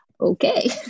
okay